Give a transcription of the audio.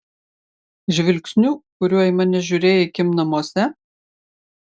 žvilgsniu kuriuo į mane žiūrėjai kim namuose